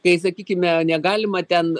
kai sakykime negalima ten